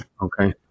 Okay